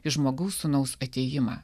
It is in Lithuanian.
į žmogaus sūnaus atėjimą